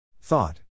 Thought